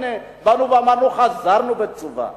הנה באנו ואמרנו: חזרנו בתשובה.